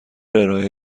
ارائه